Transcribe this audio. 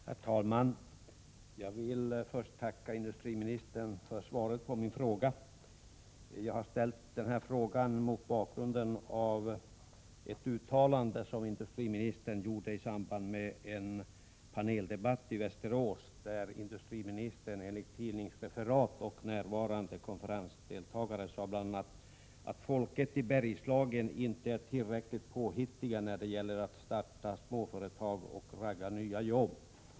Herr talman! Jag vill först tacka industriministern för svaret på min fråga. Jag har ställt frågan mot bakgrund av ett uttalande som industriministern gjorde i samband med en paneldebatt i Västerås, där industriministern enligt tidningsreferat och närvarande konferensdeltagare sade bl.a. att folket i Bergslagen inte är tillräckligt påhittigt när det gäller att starta småföretag och att ”ragga” nya jobb.